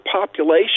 population